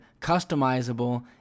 customizable